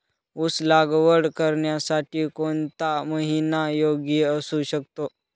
ऊस लागवड करण्यासाठी कोणता महिना योग्य असू शकतो?